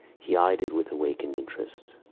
he eyed it with awakened interest.